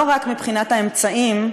לא רק מבחינת האמצעים,